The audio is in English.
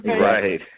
Right